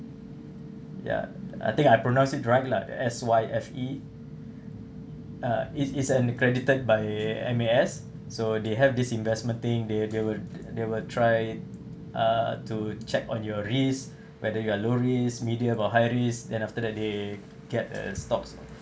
ya I think I pronounce it right lah Syfe uh is is an accredited by M_A_S so they have this investment thing they they will they will try uh to check on your risk whether you are low risk medium or high risk then after that they get a stocks